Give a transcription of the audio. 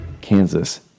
Kansas